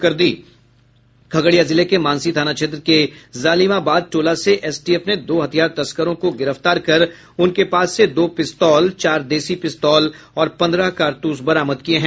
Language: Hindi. खगड़िया जिले के मानसी थाना क्षेत्र के जालिमाबाद टोला से एसटीएफ ने दो हथियार तस्करों को गिरफ्तार कर उनके पास से दो पिस्तौल चार देसी पिस्तौल और पन्द्रह कारतूस बरामद किये हैं